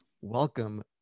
welcome